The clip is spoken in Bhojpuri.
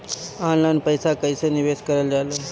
ऑनलाइन पईसा कईसे निवेश करल जाला?